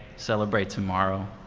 celebrate tomorrow.